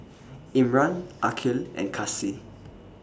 Imran Aqil and Kasih